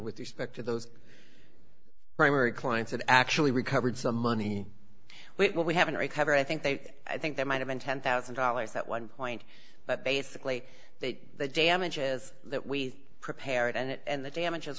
with respect to those primary clients that actually recovered some money we haven't recovered i think they i think there might have been ten thousand dollars at one point but basically that the damages that we prepared and the damages